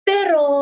Pero